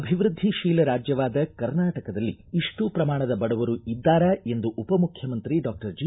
ಅಭಿವೃದ್ದಿತೀಲ ರಾಜ್ಞವಾದ ಕರ್ನಾಟಕದಲ್ಲಿ ಇಷ್ಟು ಪ್ರಮಾಣದ ಬಡವರು ಇದ್ದಾರಾ ಎಂದು ಉಪಮುಖ್ಯಮಂತ್ರಿ ಡಾಕ್ಷರ್ ಜಿ